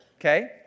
okay